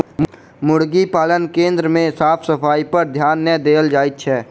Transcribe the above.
मुर्गी पालन केन्द्र मे साफ सफाइपर ध्यान नै देल जाइत छै